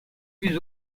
plus